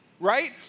right